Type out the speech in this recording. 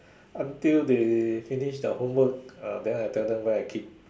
until they finish their homework ah then I tell them where I keep